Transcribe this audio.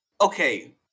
okay